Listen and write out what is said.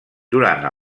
durant